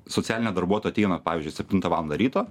socialinė darbuotoja ateina pavyzdžiui septintą valandą ryto